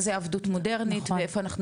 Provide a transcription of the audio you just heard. מה זה 'עבדות מודרנית' ואיפה אנחנו